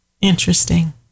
Interesting